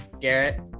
Garrett